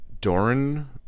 Doran